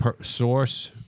source